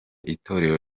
itorero